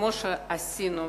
כמו שעשינו,